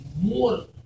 more